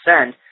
send